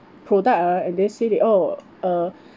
product ah and they say they oh uh